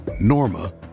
Norma